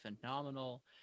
phenomenal